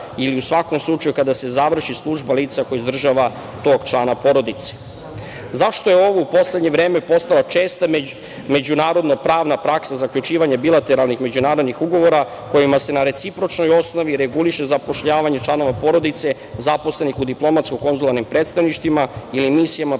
ili u svakom slučaju kada se završi služba lica koje izdržava tog člana porodice.Zašto je ovo u poslednje vreme postala česta međunarodno pravna praksa, zaključivanje bilateralnih međunarodnih ugovora kojima se na recipročnoj osnovi reguliše zapošljavanje članova porodice zaposlenih u DKP ili misijama pri